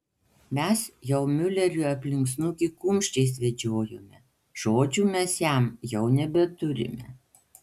mes jau miuleriui aplink snukį kumščiais vedžiojame žodžių mes jam jau nebeturime